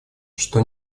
что